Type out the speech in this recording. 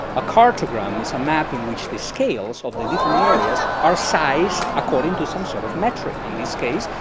a cartogram is a map in which the scales of the different areas are sized according to some sort of metric. in this case,